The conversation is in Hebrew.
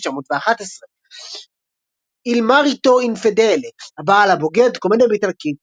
1911. Il Marito Infidele - "הבעל הבוגד" - קומדיה באיטלקית,